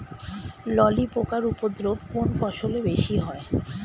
ললি পোকার উপদ্রব কোন ফসলে বেশি হয়?